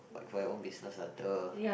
like for your own business lah the